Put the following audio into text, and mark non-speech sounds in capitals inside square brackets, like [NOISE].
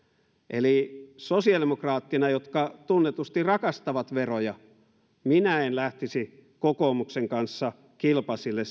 eli sosiaalidemokraattina jotka tunnetusti rakastavat veroja minä en lähtisi kokoomuksen kanssa kilpasille [UNINTELLIGIBLE]